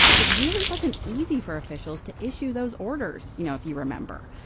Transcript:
it really wasn't easy for officials to issue those orders, you know, if you remember.